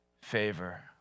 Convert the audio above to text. favor